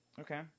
Okay